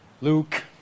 Luke